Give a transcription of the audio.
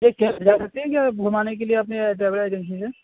ایک کیب بھیجا سکتے کیا آپ گھمانے کے لیے اپنے ٹریول ایجنسی سے